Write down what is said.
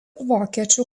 vokiečių